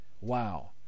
Wow